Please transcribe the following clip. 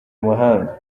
mahanga